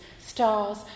stars